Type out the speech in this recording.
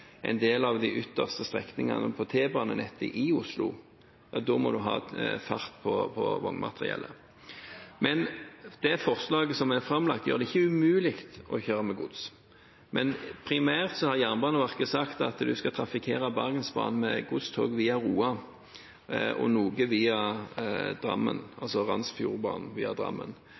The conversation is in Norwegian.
en del av de ytterste strekningene på T-banenettet i Oslo. Da må man ha fart på vognmateriellet. Det forslaget som er framlagt, gjør det ikke umulig å kjøre med gods. Men primært har Jernbaneverket sagt at en skal trafikkere Bergensbanen med godstog via Roa, og noe på Randsfjordbanen via Drammen. I dag har en seks togsett som trafikkerer strekningen via